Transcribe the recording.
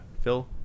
phil